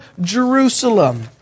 Jerusalem